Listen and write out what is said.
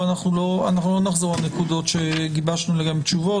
לא נחזור על נקודות לגביהן גיבשנו תשובות.